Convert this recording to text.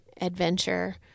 adventure